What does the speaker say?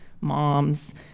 moms